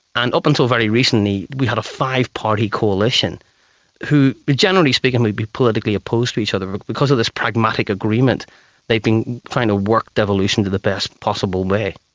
and up until very recently we had a five-party coalition who, generally speaking, would be politically opposed to each other, but because of this pragmatic agreement they've been been trying to work devolution to the best possible way.